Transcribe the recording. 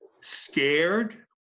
scared